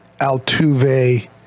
Altuve